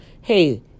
Hey